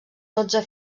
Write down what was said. dotze